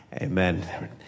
Amen